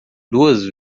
duas